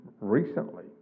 recently